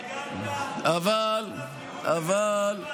שר המשפטים, אתה הגנת על עילת הסבירות בבית המשפט.